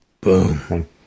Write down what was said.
Boom